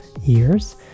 years